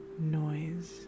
noise